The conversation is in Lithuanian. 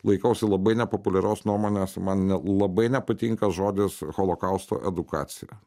laikausi labai nepopuliarios nuomonės man ne labai nepatinka žodis holokausto edukacija